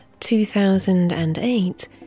2008